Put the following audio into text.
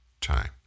time